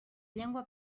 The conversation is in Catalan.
llengua